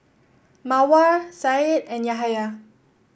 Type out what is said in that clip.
Mawar Syed and Yahaya